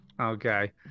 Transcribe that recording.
Okay